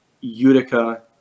Utica